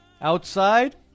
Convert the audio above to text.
outside